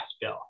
bill